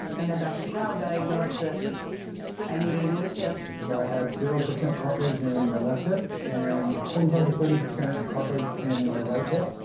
and then dr. chow diagnosed that i needed a new hip. so i had zero percent cartilage in my left hip and twenty five percent thirty percent cartilage in my right hip,